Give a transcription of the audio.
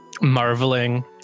marveling